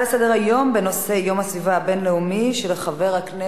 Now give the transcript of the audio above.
ההצבעה: בעד, 9,